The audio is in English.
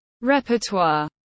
Repertoire